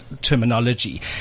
terminology